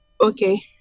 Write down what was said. okay